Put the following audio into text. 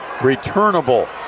returnable